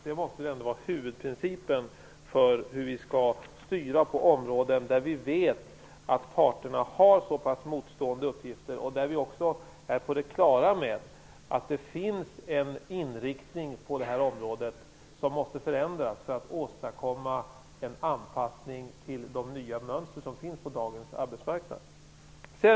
Det måste väl ändå vara huvudprincipen för hur vi skall styra på områden där vi vet att parterna har motstående uppfattningar och där vi också är på det klara med att inriktningen måste förändras för att åstadkomma en anpassning till de nya mönstren på dagens arbetsmarknad.